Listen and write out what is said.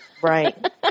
Right